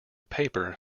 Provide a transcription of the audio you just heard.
paper